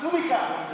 צאו מכאן.